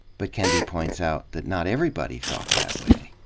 but kendi points out that not everybody thought that way,